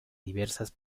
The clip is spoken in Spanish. diversas